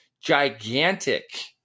gigantic